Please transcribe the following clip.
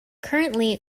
currently